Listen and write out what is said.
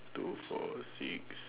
two four six